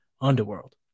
Underworld